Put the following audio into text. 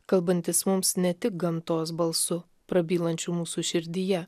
kalbantis mums ne tik gamtos balsu prabylančiu mūsų širdyje